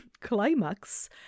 climax